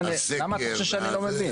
למה אתה חושב שאני לא מבין?